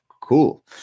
cool